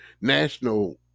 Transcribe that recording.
national